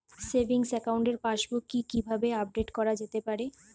Savings একাউন্টের passbook কি কিভাবে আপডেট করা যেতে পারে?